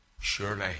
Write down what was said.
surely